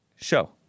show